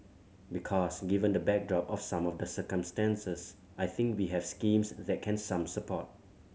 because given the backdrop of some of the circumstances I think we have schemes that can some support